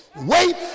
Wait